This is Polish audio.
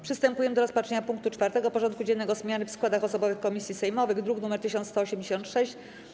Przystępujemy do rozpatrzenia punktu 4. porządku dziennego: Zmiany w składach osobowych komisji sejmowych (druk nr 1186)